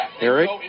Eric